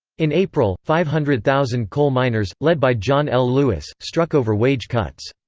in april, five hundred thousand coal miners, led by john l. lewis, struck over wage cuts.